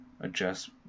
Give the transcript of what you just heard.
adjust